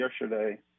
yesterday